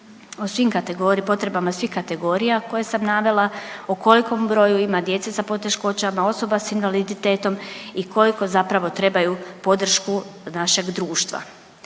o svim, potrebama svih kategorija koje sam navela, u kolikom broju ima djece sa poteškoćama, osoba sa invaliditetom i koliko zapravo trebaju podršku našeg društva.